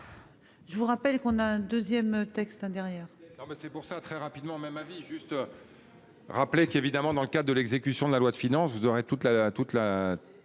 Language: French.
Je vous rappelle qu'on a un 2ème texte hein derrière.